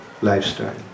lifestyle